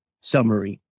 summary